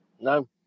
No